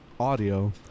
audio